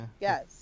Yes